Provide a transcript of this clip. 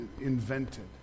invented